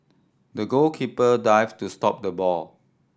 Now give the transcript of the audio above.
the goalkeeper dived to stop the ball